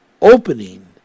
opening